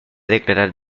declarar